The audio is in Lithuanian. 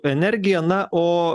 energija na o